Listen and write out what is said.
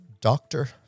doctor